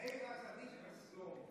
מאיר הוא הצדיק בסדום.